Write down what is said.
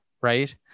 Right